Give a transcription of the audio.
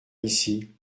ici